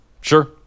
Sure